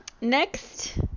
next